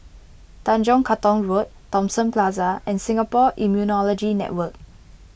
Tanjong Katong Road Thomson Plaza and Singapore Immunology Network